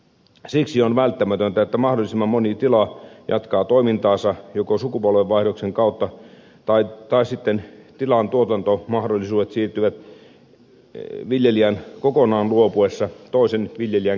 siksi on välttämätöntä että mahdollisimman moni tila jatkaa toimintaansa joko sukupolvenvaihdoksen kautta tai sitten tilan tuotantomahdollisuudet siirtyvät viljelijän kokonaan luopuessa toisen viljelijän käytettäviksi